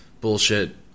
bullshit